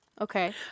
Okay